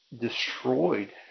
destroyed